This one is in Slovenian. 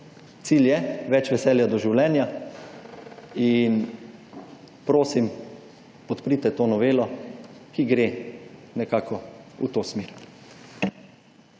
cilj je več veselja do življenja in prosim, podprite to novelo, ki gre nekako v to smer.